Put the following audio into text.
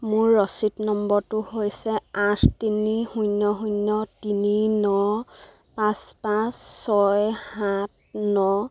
মোৰ ৰচিদ নম্বৰটো হৈছে আঠ তিনি শূন্য শূন্য তিনি ন পাঁচ পাঁচ ছয় সাত ন